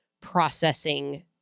processing